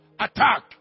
attack